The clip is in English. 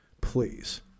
please